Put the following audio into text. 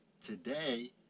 Today